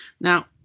Now